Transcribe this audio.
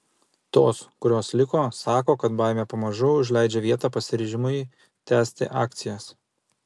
tos kurios liko sako kad baimė pamažu užleidžia vietą pasiryžimui tęsti akcijas